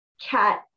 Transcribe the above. cat